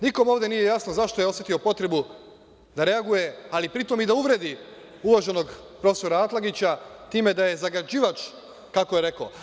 Nikom ovde nije jasno zašto je osetio potrebu da reaguje, ali pritom i da uvredi uvaženog profesora Atlagića time da je zagađivač, kako je rekao.